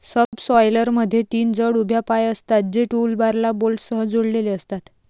सबसॉयलरमध्ये तीन जड उभ्या पाय असतात, जे टूलबारला बोल्टसह जोडलेले असतात